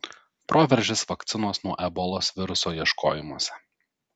proveržis vakcinos nuo ebolos viruso ieškojimuose